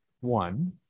one